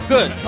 Good